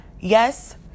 Yes